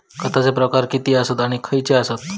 खतांचे प्रकार किती आसत आणि खैचे आसत?